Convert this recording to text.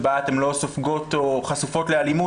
שבה אתן לא סופגות או חשופות לאלימות,